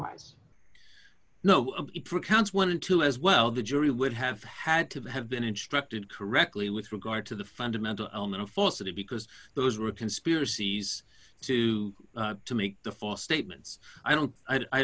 as well the jury would have had to have been instructed correctly with regard to the fundamental element of falsity because those were conspiracies too to make the false statements i don't i